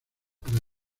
para